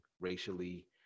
racially